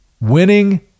winning